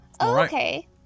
Okay